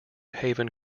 haven